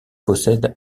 possède